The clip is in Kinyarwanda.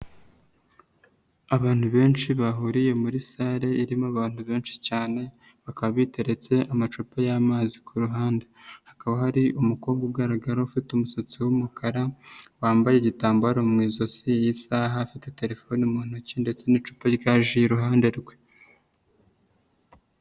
Abantu benshi bahuriye muri sale irimo abantu benshi cyane, bakaba biteretse amacupa y'amazi ku ruhande. Hakaba hari umukobwa ugaragara ufite umusatsi w'umukara wambaye igitambaro mu ijosi, isaha, afite telefone mu ntoki ndetse n'icupa rya ji iruhande rwe.